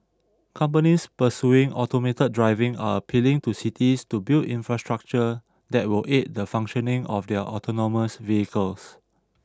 companies pursuing automated driving are appealing to cities to build infrastructure that will aid the functioning of their autonomous vehicles